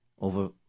Over